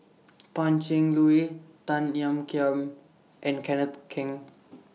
Pan Cheng Lui Tan Ean Kiam and Kenneth Keng